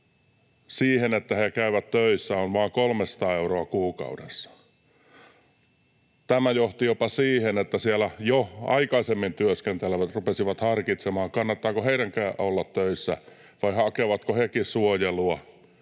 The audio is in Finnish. siihen, että he käyvät töissä, on vain 300 euroa kuukaudessa. Tämä johti jopa siihen, että siellä jo aikaisemmin työskennelleet rupesivat harkitsemaan, kannattaako heidänkään olla töissä vai hakevatko hekin suojelua